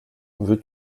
veux